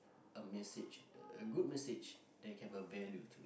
a message a good message that can have value to